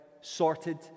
sorted